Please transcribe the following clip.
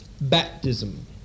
Baptism